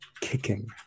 kicking